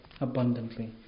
abundantly